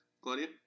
Claudia